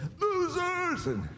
losers